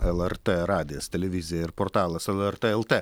lrt radijas televizija ir portalas lrt lt